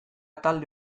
talde